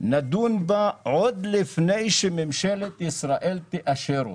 ונדון בה עוד לפני שממשלת ישראל תאשר אותה.